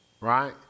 Right